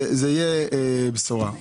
זה יהיה בשורה.